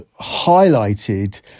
highlighted